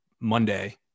Monday